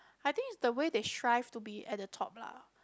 I think is the way they strive to be at the top lah